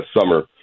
summer